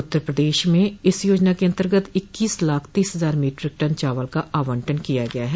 उत्तर प्रदेश में इस याजना के अन्तर्गत इक्कीस लाख तीस हजार मीट्रिक टन चावल का आवंटन किया गया है